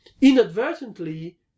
inadvertently